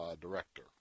director